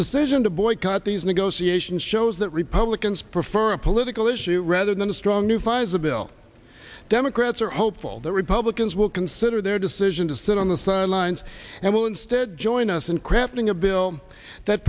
decision to boycott these negotiations shows that republicans prefer a political issue rather than a strong new finds a bill democrats are hopeful that republicans will consider their decision to sit on the sidelines and will instead join us in crafting a bill that